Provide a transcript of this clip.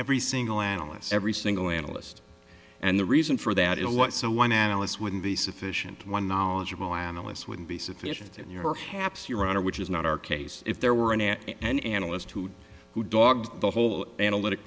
every single analysts every single analyst and the reason for that is what so one analyst wouldn't be sufficient one knowledgeable analysts would be sufficient in your perhaps your honor which is not our case if there were an analyst who who dogs the whole analytic